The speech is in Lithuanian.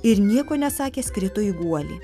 ir nieko nesakęs krito į guolį